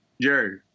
Jerry